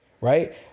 right